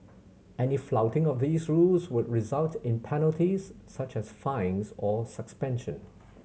any flouting of these rules would result in penalties such as fines or suspension